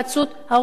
ההורים לא מסכימים.